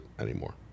anymore